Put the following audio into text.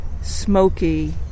smoky